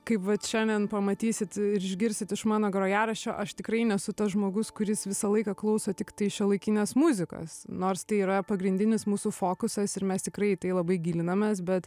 kaip vat šiandien pamatysit ir išgirsit iš mano grojaraščio aš tikrai nesu tas žmogus kuris visą laiką klauso tiktai šiuolaikinės muzikos nors tai yra pagrindinis mūsų fokusas ir mes tikrai į tai labai gilinamės bet